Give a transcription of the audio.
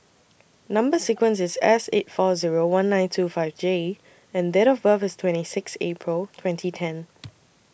Number sequence IS S eight four Zero one nine two five J and Date of birth IS twenty six April twenty ten